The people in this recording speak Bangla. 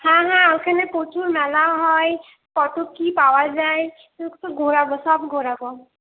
হ্যাঁ হ্যাঁ ওখানে প্রচুর মেলা হয় কতো কী পাওয়া যায় ঘোরাব সব ঘোরাব